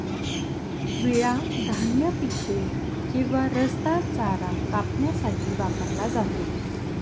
विळा धान्य पिके किंवा रसदार चारा कापण्यासाठी वापरला जातो